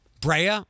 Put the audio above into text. Brea